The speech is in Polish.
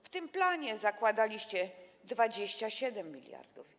W tym planie zakładaliście 27 mld.